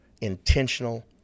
intentional